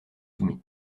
soumis